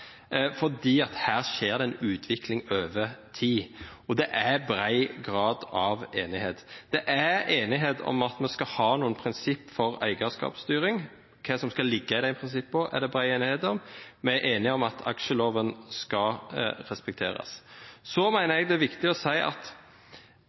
her skjer det en utvikling over tid, og det er stor grad av enighet. Det er enighet om at man skal ha noen prinsipp for eierskapsstyring. Hva som skal ligge i de prinsippene, er det bred enighet om. Og vi er enige om at aksjeloven skal respekteres.